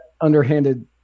underhanded